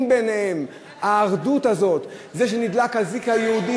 בעיניהם האחדות הזאת ------- זה שנדלק הזיק היהודי,